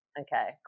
okay